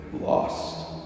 lost